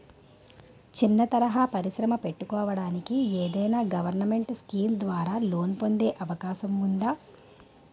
చిన్న తరహా పరిశ్రమ పెట్టుకోటానికి ఏదైనా గవర్నమెంట్ స్కీం ద్వారా లోన్ పొందే అవకాశం ఉందా?